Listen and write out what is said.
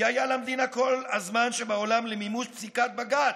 כי היה למדינה כל הזמן שבעולם למימוש פסיקת בג"ץ.